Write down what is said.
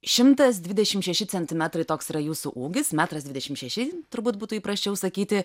šimtas dvidešimt šeši centimetrai toks yra jūsų ūgis metras dvidešimt šeši turbūt būtų įprasčiau sakyti